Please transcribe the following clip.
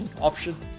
option